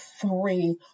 three